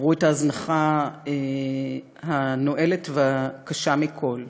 עברו את ההזנחה הנואלת והקשה מכול,